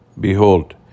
Behold